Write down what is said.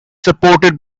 supported